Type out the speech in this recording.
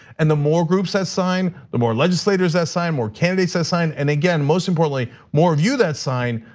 and the more groups that sign, the more legislators that sign, more candidates that sign. and again most importantly, more of you that sign,